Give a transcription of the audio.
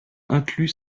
incluent